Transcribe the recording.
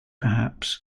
perhaps